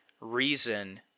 reason